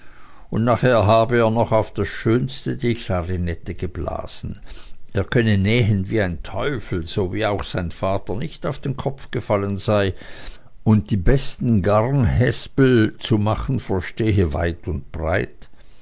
und nachher habe er noch auf das schönste die klarinette geblasen er könne nähen wie der teufel so wie auch sein vater nicht auf den kopf gefallen sei und die besten garnhäspel zu machen verstehe weit und breit